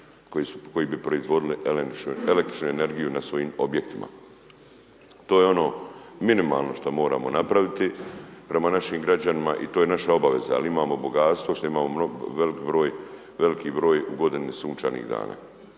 koje bi proizvodile električnu energiju na svojim objektima, to je ono minimalno što moramo napraviti prema našim građanima i to je naša obaveza, ali imamo bogatstvo što imamo veliki broj u godini sunčanih dana